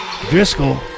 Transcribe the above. Driscoll